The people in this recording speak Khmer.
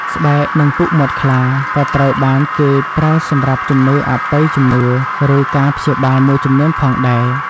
ស្បែក និងពុកមាត់ខ្លា ក៏ត្រូវបានគេប្រើសម្រាប់ជំនឿអបិយជំនឿ ឬការព្យាបាលមួយចំនួនផងដែរ។